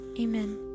Amen